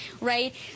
right